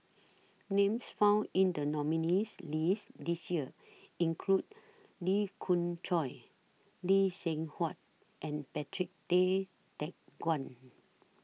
Names found in The nominees' list This Year include Lee Khoon Choy Lee Seng Huat and Patrick Tay Teck Guan